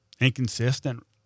inconsistent